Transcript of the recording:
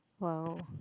!wow!